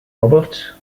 roberts